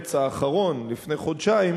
שבמרס האחרון, לפני חודשיים,